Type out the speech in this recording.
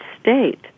state